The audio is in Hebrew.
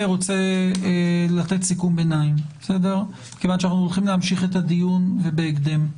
אני רוצה לתת סיכום ביניים כיוון שאנחנו הולכים להמשיך את הדיון בהקדם,